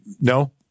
No